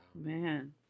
Man